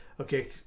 Okay